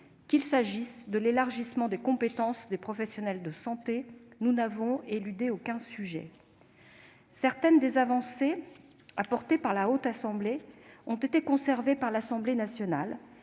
qu'il s'agisse de l'élargissement des compétences des professionnels de santé, nous n'avons éludé aucun sujet. Certaines des avancées introduites par la Haute Assemblée ont été conservées par l'Assemblée nationale.